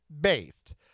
based